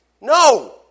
No